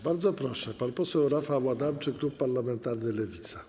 Bardzo proszę, pan poseł Rafał Adamczyk, klub parlamentarny Lewica.